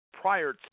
prior